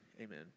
amen